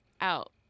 out